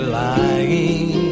lying